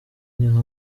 niho